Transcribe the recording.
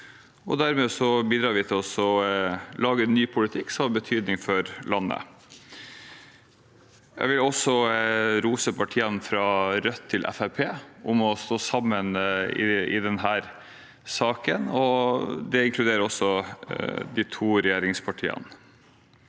Dermed bidrar vi til å lage en ny politikk som har betydning for landet. Jeg vil rose alle partiene – fra Rødt til Fremskrittspartiet – for å stå sammen i denne saken, og det inkluderer også de to regjeringspartiene.